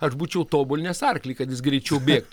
aš būčiau tobulinęs arklį kad jis greičiau bėgtų